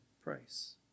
price